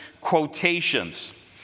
quotations